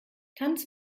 tanz